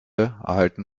erhalten